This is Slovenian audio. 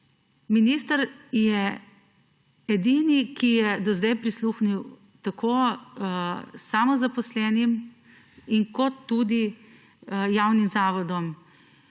Minister je edini, ki je do zdaj prisluhnil tako samozaposlenim kot tudi javnim zavodom.